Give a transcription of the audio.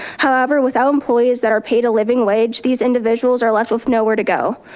however, without employees that are paid a living wage, these individuals are left with nowhere to go.